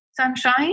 sunshine